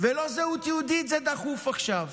ולא זהות יהודית דחופה עכשיו.